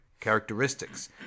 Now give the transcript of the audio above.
characteristics